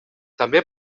també